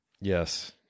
yes